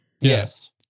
yes